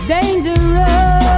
Dangerous